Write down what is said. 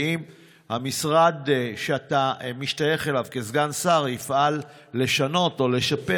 והאם המשרד שאתה משתייך אליו כסגן שר יפעל לשנות או לשפר?